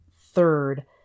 third